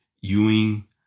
Ewing